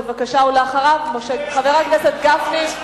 בבקשה, ואחריו, חבר הכנסת גפני.